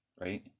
right